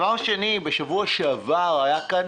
הנושא השני: בשבוע שעבר היה כאן